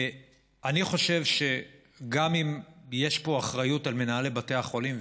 אני חושב שגם אם יש פה אחריות למנהלי בתי חולים,